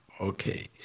okay